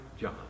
John